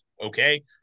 Okay